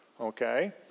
Okay